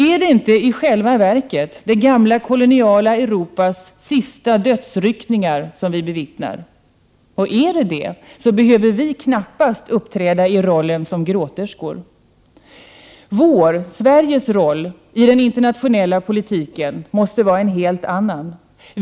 Är det inte i själva verket det gamla koloniala Europas sista dödsryckningar som vi bevittnar? Om så är fallet behöver vi knappast uppträda i rollen som gråterskor. Vår, Sveriges, roll i den internationella politiken måste vara en helt annan.